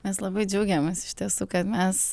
mes labai džiaugiamės iš tiesų kad mes